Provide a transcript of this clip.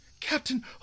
Captain